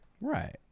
Right